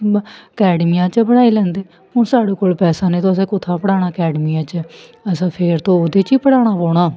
अकैडमियें च पढ़ाई लैंदे हून साढ़े कोल पैसा नेईं ते असें कु'त्थै पढ़ाना अकैडमियें च असें फिर तो ओह्दे च ई पढ़ाना पौना